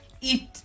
eat